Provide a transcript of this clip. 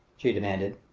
she demanded.